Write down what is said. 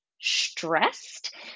stressed